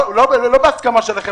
לא בהסכמה שלכם